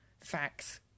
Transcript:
facts